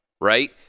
right